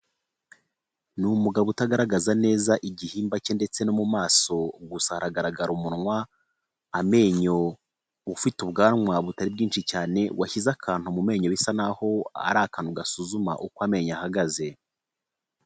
Ni umugabo utagaragaza neza igihimba cye ndetse no mu maso, gusa haragaragara umunwa, amenyo, ufite ubwanwa butari bwinshi cyane washyize akantu mu menyo bisa naho ari akantu gasuzuma uko amenyo ahagaze.